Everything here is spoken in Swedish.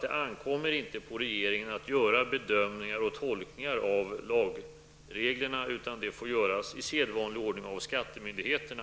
Det ankommer inte på regeringen att göra bedömningar och tolkningar av lagreglerna, utan det får göras i sedvanlig ordning av skattemyndigheterna.